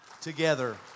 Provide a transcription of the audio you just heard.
Together